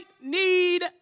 need